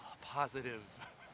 positive